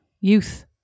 youth